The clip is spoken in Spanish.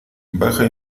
baja